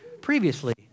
previously